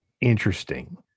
interesting